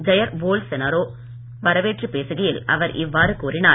Iyer Bolsonaro வை வரவேற்று பேசுகையில் அவர் இவ்வாறு கூறினார்